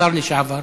השר לשעבר.